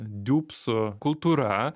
diubsų kultūra